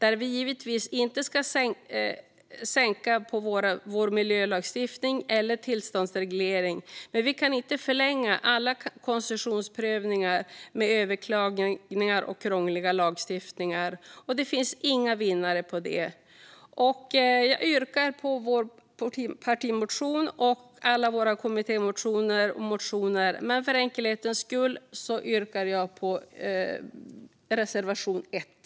Vi ska givetvis inte sänka kraven på vår miljölagstiftning eller tillståndsreglering, men vi kan inte förlänga alla koncessionsansökningar med överklaganden och krånglig lagstiftning. Ingen vinner på det. Jag står bakom vår partimotion och alla våra kommittémotioner och motioner, men för enkelhetens skull yrkar jag bifall till reservation 1.